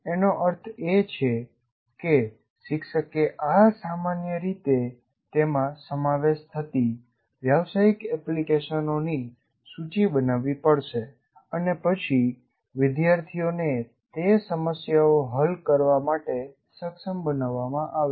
એનો અર્થ એ કે શિક્ષકે આ સામાન્ય રીતે તેમાં સમાવેશ થતી વ્યવસાયિક એપ્લિકેશનોની સૂચિ બનાવવી પડશે અને પછી વિદ્યાર્થીઓને તે સમસ્યાઓ હલ કરવા માટે સક્ષમ બનવામાં આવે છે